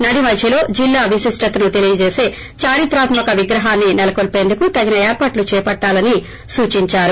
నది మధ్యలో జిల్లా విశిష్ణతను తెలియజేస చారిత్రాత్మక విగ్రహాన్ని నెలకొల్పుటకు తగిన ఏర్పాట్లు చేపట్టాలని సూచించారు